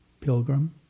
Pilgrim